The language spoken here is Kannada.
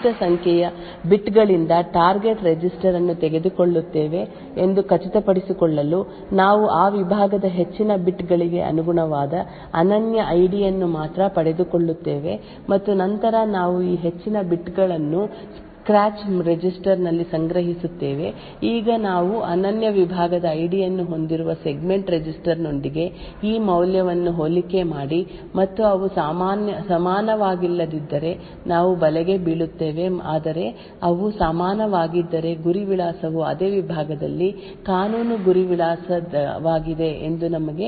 ನಾವು ಇದನ್ನು ಮಾಡುವ ವಿಧಾನವೆಂದರೆ ನಾವು ನಿರ್ದಿಷ್ಟ ಸಂಖ್ಯೆಯ ಬಿಟ್ ಗಳಿಂದ ಟಾರ್ಗೆಟ್ ರಿಜಿಸ್ಟರ್ ಅನ್ನು ತೆಗೆದುಕೊಳ್ಳುತ್ತೇವೆ ಎಂದು ಖಚಿತಪಡಿಸಿಕೊಳ್ಳಲು ನಾವು ಆ ವಿಭಾಗದ ಹೆಚ್ಚಿನ ಬಿಟ್ ಗಳಿಗೆ ಅನುಗುಣವಾದ ಅನನ್ಯ ಐಡಿಯನ್ನು ಮಾತ್ರ ಪಡೆದುಕೊಳ್ಳುತ್ತೇವೆ ಮತ್ತು ನಂತರ ನಾವು ಈ ಹೆಚ್ಚಿನ ಬಿಟ್ ಗಳನ್ನು ಸ್ಕ್ರ್ಯಾಚ್ ರಿಜಿಸ್ಟರ್ ನಲ್ಲಿ ಸಂಗ್ರಹಿಸುತ್ತೇವೆ ಈಗ ನಾವು ಅನನ್ಯ ವಿಭಾಗದ ಐಡಿ ಯನ್ನು ಹೊಂದಿರುವ ಸೆಗ್ಮೆಂಟ್ ರಿಜಿಸ್ಟರ್ ನೊಂದಿಗೆ ಈ ಮೌಲ್ಯವನ್ನು ಹೋಲಿಕೆ ಮಾಡಿ ಮತ್ತು ಅವು ಸಮಾನವಾಗಿಲ್ಲದಿದ್ದರೆ ನಾವು ಬಲೆಗೆ ಬೀಳುತ್ತೇವೆ ಆದರೆ ಅವು ಸಮಾನವಾಗಿದ್ದರೆ ಗುರಿ ವಿಳಾಸವು ಅದೇ ವಿಭಾಗದಲ್ಲಿ ಕಾನೂನು ಗುರಿ ವಿಳಾಸವಾಗಿದೆ ಎಂದು ನಮಗೆ ಖಾತರಿ ನೀಡಲಾಗುತ್ತದೆ ಮತ್ತು ನಂತರ ಜಂಪ್ ಅಥವಾ ಅಂಗಡಿ ಸೂಚನೆಯನ್ನು ನಿರ್ವಹಿಸಲು ನಾವು ಅನುಮತಿಸುತ್ತೇವೆ